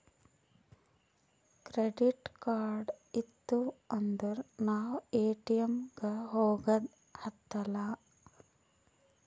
credit card ಇತ್ತು ಅಂದುರ್ ನಾವ್ ಎ.ಟಿ.ಎಮ್ ಗ ಹೋಗದ ಹತ್ತಲಾ